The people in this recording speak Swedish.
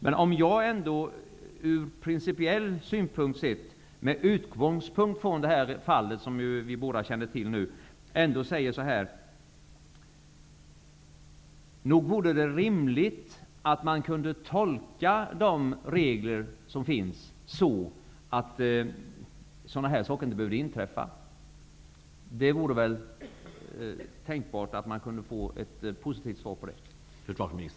Låt mig ändå principiellt med utgångspunkt i det fall som vi nu båda känner till säga: Nog vore det rimligt att man kunde tolka de regler som finns så, att sådana här saker inte behövde inträffa. Det vore väl tänkbart att få ett positivt svar på det.